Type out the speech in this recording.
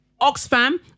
Oxfam